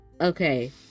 Okay